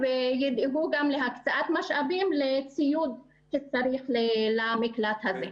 וידאגו גם להקצאת משאבים לשם רכישת ציוד למקלט הזה.